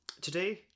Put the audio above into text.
today